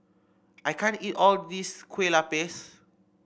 I can't eat all of this Kue Lupis